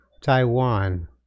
Taiwan